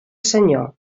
senyor